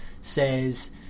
says